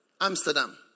Amsterdam